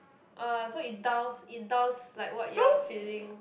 uh so it dulls it dulls like what you are feeling